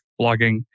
blogging